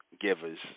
givers